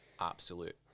absolute